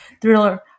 thriller